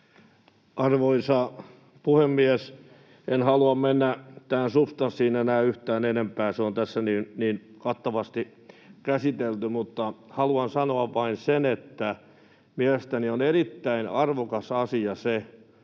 Arvoisa puhemies! En halua mennä tähän substanssiin enää yhtään enempää, se on tässä niin kattavasti käsitelty, mutta haluan sanoa vain sen, että mielestäni on erittäin arvokas asia,